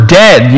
dead